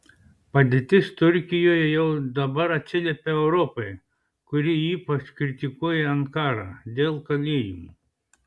padėtis turkijoje jau dabar atsiliepia europai kuri ypač kritikuoja ankarą dėl kalėjimų